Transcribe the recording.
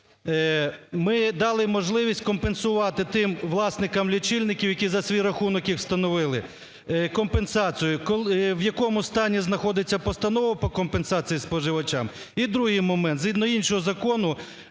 ми дали можливість компенсувати тим власникам лічильників, які за свій рахунок їх встановили, компенсацію. В якому стані знаходиться постанова по компенсаціям споживачам? І другий момент. Згідно іншого закону